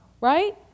Right